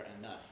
enough